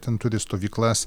ten turi stovyklas